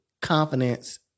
confidence